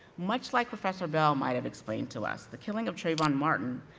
much like professor bell might have explained to us, the killing of trayvon martin,